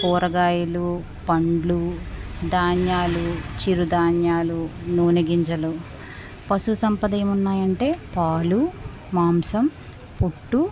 కూరగాయలు పండ్లు ధాన్యాలు చిరుధాన్యాలు నూనె గింజలు పశుసంపద ఏమున్నాయి అంటే పాలు మాంసం పుట్టు